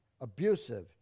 abusive